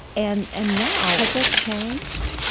and and now. has that changed?